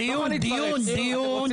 דיון, דיון, דיון.